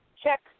Check